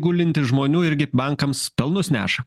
gulintys žmonių irgi bankams pelnus neša